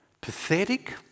pathetic